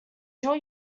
draw